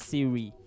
Siri